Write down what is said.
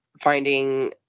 finding